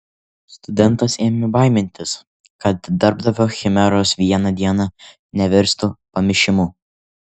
studentas ėmė baimintis kad darbdavio chimeros vieną dieną nevirstų pamišimu